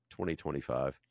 2025